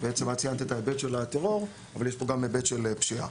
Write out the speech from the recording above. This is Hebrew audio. את ציינת את ההיבט של הטרור אבל יש פה גם היבט של פשיעה.